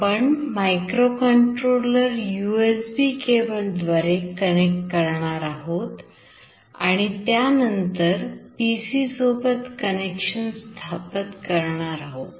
आपण microcontroller USB cable द्वारे connect करणार आहोत आणि त्यानंतर PC सोबत कनेक्शन स्थापित करणार आहोत